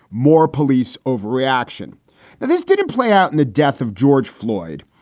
more police overreaction. that this didn't play out in the death of george floyd.